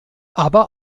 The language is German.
aber